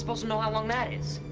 but to know how long that is?